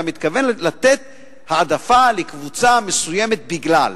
אתה מתכוון לתת העדפה לקבוצה מסוימת בגלל.